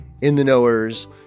in-the-knowers